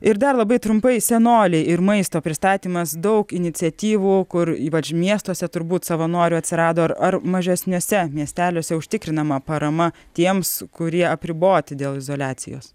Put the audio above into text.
ir dar labai trumpai senoliai ir maisto pristatymas daug iniciatyvų kur ypač miestuose turbūt savanorių atsirado ar ar mažesniuose miesteliuose užtikrinama parama tiems kurie apriboti dėl izoliacijos